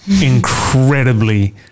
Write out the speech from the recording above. incredibly